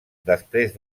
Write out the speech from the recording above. després